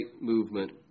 movement